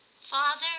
Father